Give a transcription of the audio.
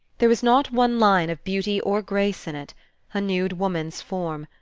there was not one line of beauty or grace in it a nude woman's form,